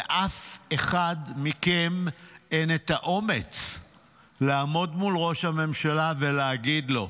לאף אחד מכם אין האומץ לעמוד מול ראש הממשלה ולהגיד לו: